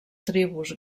tribus